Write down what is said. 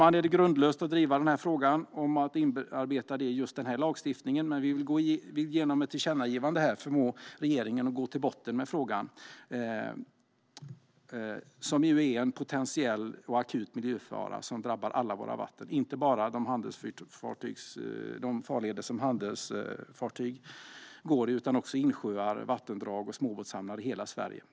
Kanske är det grundlöst att driva frågan om att inarbeta det i just den här lagstiftningen, men vi vill genom ett tillkännagivande förmå regeringen att gå till botten med frågan, som ju är en potentiell och akut miljöfara som drabbar alla våra vatten - inte bara farleder för handelsfartyg utan också insjöar, vattendrag och småbåtshamnar i hela Sverige.